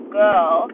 girl